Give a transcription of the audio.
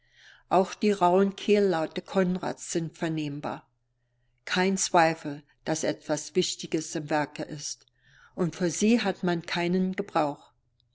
auch die rauhen kehllaute konrads sind vernehmbar kein zweifel daß etwas wichtiges im werke ist und für sie hat man keinen gebrauch